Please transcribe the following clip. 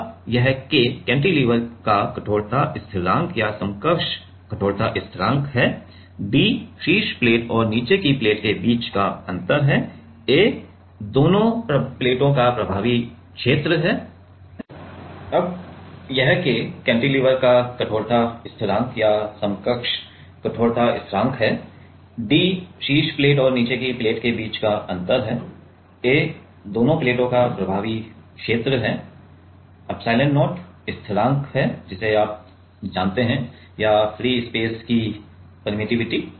अब यह K cantilever का कठोरता स्थिरांक या समकक्ष कठोरता स्थिरांक है d शीर्ष प्लेट और नीचे की प्लेट के बीच का अंतर है A दोनों प्लेटों का प्रभावी क्षेत्र है और एप्सिलॉन0 स्थिरांक है जिसे आप जानते हैं या फ्री स्पेस की पेरेटिविटी